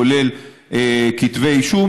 כולל כתבי אישום.